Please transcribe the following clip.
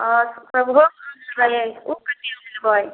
आ किसनभोग सङ्गे ओ कतेक आम लेबै